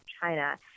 China